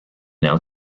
now